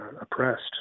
oppressed